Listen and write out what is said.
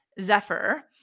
Zephyr